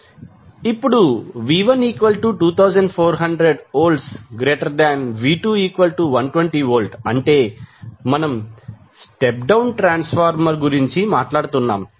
ఇప్పుడు V12400VV2120V అంటే మనం స్టెప్ డౌన్ ట్రాన్స్ఫార్మర్ గురించి మాట్లాడుతున్నాము